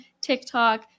TikTok